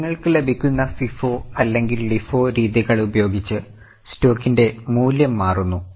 അതിനാൽ നിങ്ങൾക്ക് ലഭിക്കുന്ന FIFO അല്ലെങ്കിൽ LIFO രീതികൾ ഉപയോഗിച്ച് സ്റ്റോക്കിന്റെ മൂല്യം മാറുന്നു